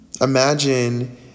Imagine